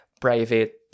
private